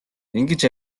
ингэж